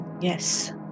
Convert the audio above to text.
yes